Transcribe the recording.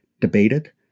debated